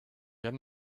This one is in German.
haben